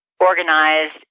organized